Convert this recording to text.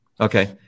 Okay